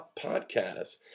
podcasts